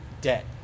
debt